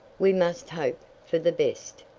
we must hope for the best.